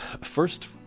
first